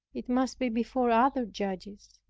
it must be before other judges.